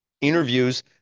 Interviews